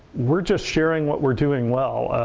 we're just sharing what we're doing well.